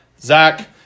Zach